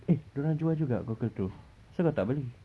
eh dia orang jual juga goggle tu asal kau tak beli